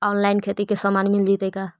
Online खेती के सामान मिल जैतै का?